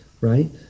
right